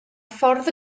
ffordd